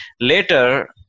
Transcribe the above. Later